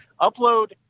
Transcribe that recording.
Upload